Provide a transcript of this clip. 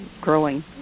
growing